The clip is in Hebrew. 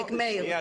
אין ספק, מאיר.